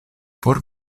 por